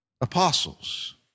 apostles